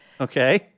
Okay